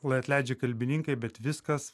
lai atleidžia kalbininkai bet viskas